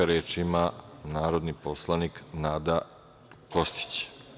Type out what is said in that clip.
Reč ima narodni poslanik Nada Kostić.